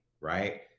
right